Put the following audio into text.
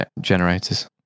generators